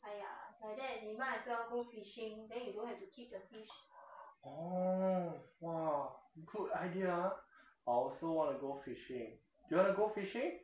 orh !wah! good idea ah I also want to go fishing do you want to go fishing